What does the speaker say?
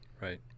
Right